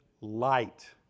light